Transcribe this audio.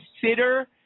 consider –